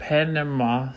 Panama